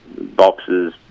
boxes